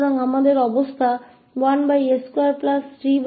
तो हमारे पास 1s22जैसी स्थिति है